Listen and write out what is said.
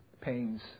pains